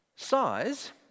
Size